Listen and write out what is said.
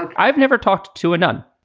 i've never talked to a nun.